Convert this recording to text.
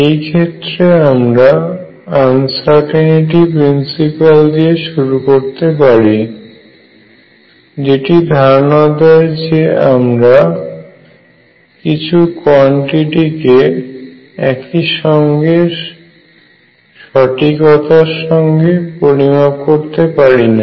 এই ক্ষেত্রে আমরা আনসারটেনিটি প্রিন্সিপাল দিয়ে শুরু করতে পারি যেটি ধারনা দেয় যে আমরা কিছু কোয়ান্টিটি কে একই সঙ্গে সঠিকতার সঙ্গে পরিমাপ করতে পারি না